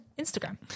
Instagram